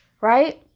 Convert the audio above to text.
right